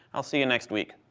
i'll see you next week.